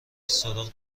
سراغ